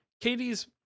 Katie's